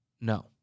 No